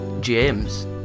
James